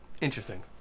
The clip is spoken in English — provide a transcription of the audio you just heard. Interesting